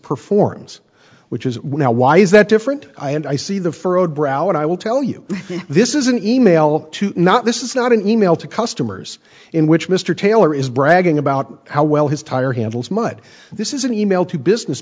performs which is why is that different i and i see the furrowed brow and i will tell you this is an email to not this is not an e mail to customers in which mr taylor is bragging about how well his tire handles mud this is an e mail to business